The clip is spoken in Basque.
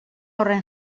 horren